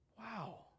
wow